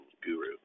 guru